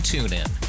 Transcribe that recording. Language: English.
TuneIn